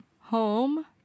home